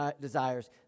desires